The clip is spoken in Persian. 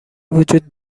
وجود